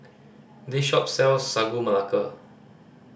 this shop sells Sagu Melaka